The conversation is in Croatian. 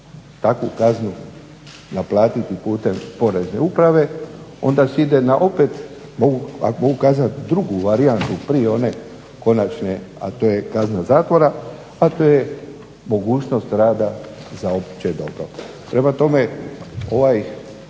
takvu kaznu naplatiti putem porezne uprave, onda se ide na opet, ako mogu kazati drugu varijantu prije one konačne, a to je kazna zatvora, a to je mogućnost rada za opće dobro. Prema tome ovaj